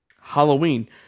Halloween